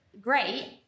great